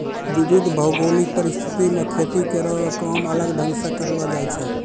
विविध भौगोलिक परिस्थिति म खेती केरो काम अलग ढंग सें करलो जाय छै